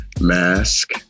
mask